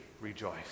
rejoice